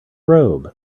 robe